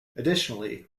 additionally